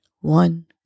One